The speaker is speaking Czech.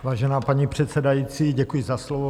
Vážená paní předsedající, děkuji za slovo.